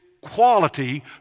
quality